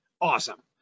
awesome